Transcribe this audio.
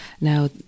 Now